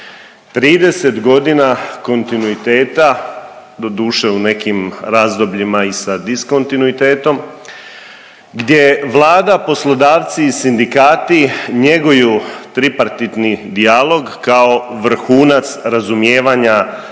30.g. kontinuiteta, doduše u nekim razdobljima i sa diskontinuitetom gdje Vlada, poslodavci i sindikati njeguju tripartitni dijalog kao vrhunac razumijevanja